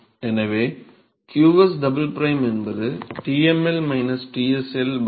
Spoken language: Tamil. எனவே qs டபுள் பிரைம் என்பது TmL TsL 1 hi